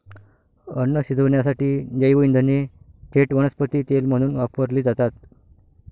अन्न शिजवण्यासाठी जैवइंधने थेट वनस्पती तेल म्हणून वापरली जातात